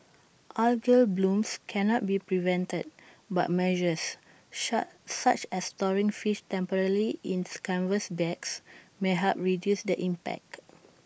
algal blooms cannot be prevented but measures such as storing fish temporarily in canvas bags may help reduce the impact